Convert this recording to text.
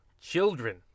Children